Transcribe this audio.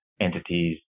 entities